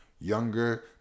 younger